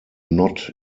not